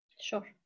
Sure